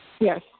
Yes